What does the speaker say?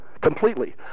Completely